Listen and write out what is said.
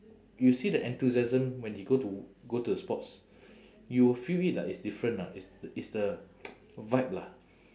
you see the enthusiasm when he go to go to the sports you will feel it like it's different ah it's it's the vibe lah